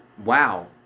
wow